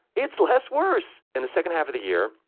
it's less worse. in the second half of the year,